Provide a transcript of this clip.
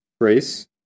Grace